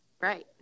Right